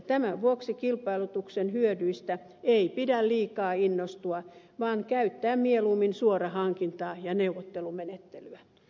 tämän vuoksi kilpailutuksen hyödyistä ei pidä liikaa innostua vaan käyttää mieluummin suorahankintaa ja neuvottelumenettelyä